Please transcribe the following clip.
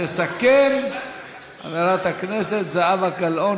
תסכם חברת הכנסת זהבה גלאון,